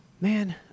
Man